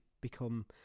become